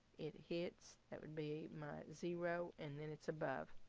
it hits that would be my zero, and then it's above.